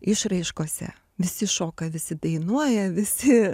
išraiškose visi šoka visi dainuoja visi